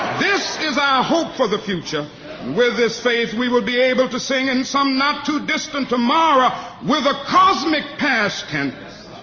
this is our hope for the future, and with this faith we will be able to sing in some not too distant tomorrow, with a cosmic past tense,